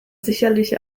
sicherlich